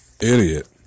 Idiot